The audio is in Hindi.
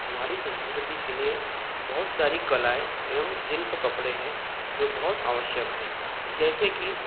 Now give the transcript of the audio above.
हमारी संस्कृति के लिए बहुत सारी कलाएँ एवम शिल्प कपड़े हैं जो बहुत आवश्यक हैं जैसे कि